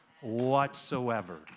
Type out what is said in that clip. whatsoever